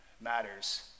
matters